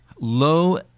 low